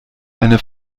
eine